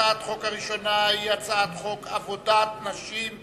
הצעת החוק הראשונה היא הצעת חוק עבודת נשים (תיקון,